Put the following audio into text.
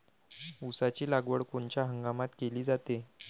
ऊसाची लागवड कोनच्या हंगामात केली जाते?